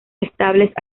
estables